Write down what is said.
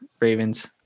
Ravens